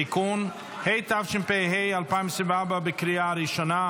(תיקון), התשפ"ה 2024, בקריאה הראשונה.